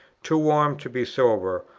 too warm to be sober,